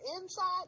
inside